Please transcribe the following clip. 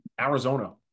Arizona